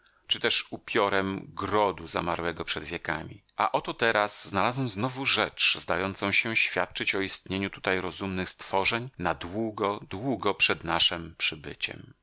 czy tez upiorem grodu zamarłego przed wiekami a oto teraz znalazłem znowu rzecz zdającą się świadczyć o istnieniu tutaj rozumnych stworzeń na długo długo przed naszem przybyciem